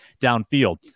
downfield